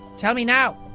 tell me now.